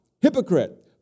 Hypocrite